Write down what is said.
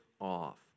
off